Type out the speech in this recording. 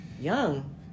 young